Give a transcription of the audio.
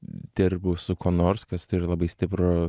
dirbu su kuo nors kas turi labai stiprų